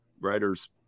writers